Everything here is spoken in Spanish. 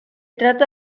trata